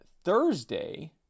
Thursday